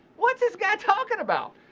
what's this guy talking about.